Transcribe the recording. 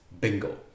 bingo